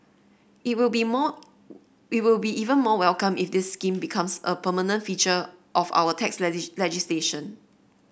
it will be more it will be even more welcomed if this scheme becomes a permanent feature of our tax legislation